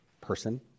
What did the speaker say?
person